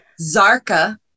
Zarka